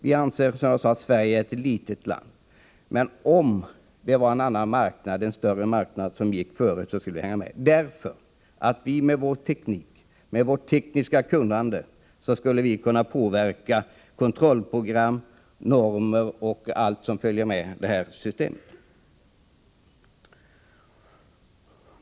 Vi anser, som jag sade, att Sverige är ett litet land, men om en större marknad går före borde vi följa med, eftersom vi med vår teknik och vårt tekniska kunnande skulle kunna påverka kontrollprogram, normer och allt som följer med systemet.